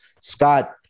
Scott